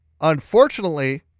unfortunately